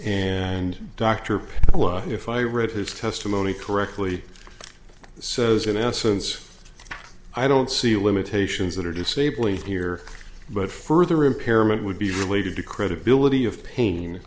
and dr if i read his testimony correctly says in essence i don't see limitations that are disabling here but further impairment would be related to credibility of pain